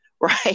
right